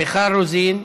מיכל רוזין,